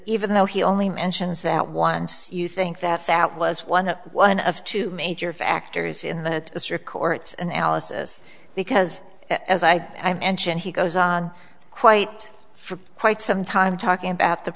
even though he only mentions that once you think that that was one of one of two major factors in the district courts and alice's because as i mentioned he goes on quite for quite some time talking about the